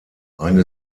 eine